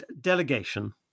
Delegation